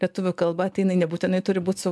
lietuvių kalba tai nebūtinai turi būt su